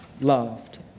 loved